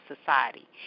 society